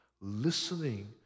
listening